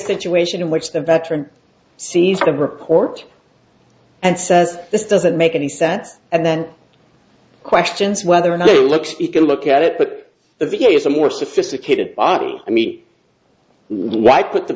situation in which the veteran sees a report and says this doesn't make any sense and then questions whether or not look if you look at it but the v a is a more sophisticated body i mean why put the